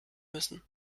müssen